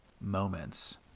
moments